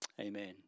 Amen